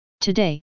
Today